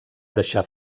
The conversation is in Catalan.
deixar